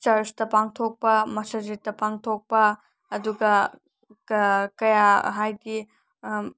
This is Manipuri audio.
ꯆꯔꯁꯇ ꯄꯥꯡꯊꯣꯛꯄ ꯃꯁꯖꯤꯠꯇ ꯄꯥꯡꯊꯣꯛꯄ ꯑꯗꯨꯒ ꯀꯌꯥ ꯍꯥꯏꯗꯤ